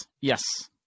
yes